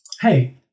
Hey